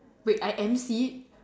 wait I_M_C